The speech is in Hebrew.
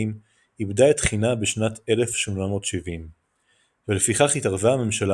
איבדה את חינה בשנת 1870. ולפיכך התערבה הממשלה